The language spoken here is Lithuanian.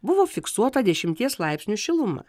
buvo fiksuota dešimties laipsnių šiluma